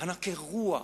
ענקי רוח,